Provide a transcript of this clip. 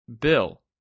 Bill